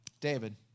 David